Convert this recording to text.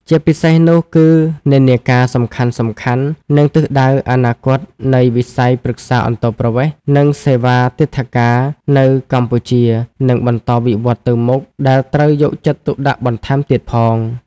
ជាពិសេសនោះគឺ និន្នាការសំខាន់ៗ និងទិសដៅអនាគត នៃវិស័យប្រឹក្សាអន្តោប្រវេសន៍ និងសេវាទិដ្ឋាការនៅកម្ពុជានឹងបន្តវិវឌ្ឍន៍ទៅមុខ ដែលត្រូវយកចិត្តទុកដាក់បន្ថែមទៀតផង។